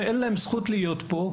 שאין להם זכות להיות פה,